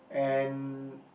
and